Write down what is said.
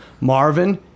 Marvin